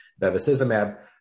bevacizumab